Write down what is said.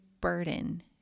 burden